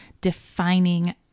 defining